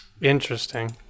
Interesting